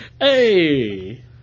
hey